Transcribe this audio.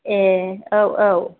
ए औ औ